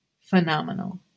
phenomenal